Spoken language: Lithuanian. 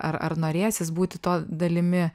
ar ar norėsis būti to dalimi